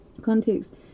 context